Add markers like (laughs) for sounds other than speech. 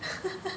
(laughs)